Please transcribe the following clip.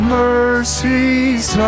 mercies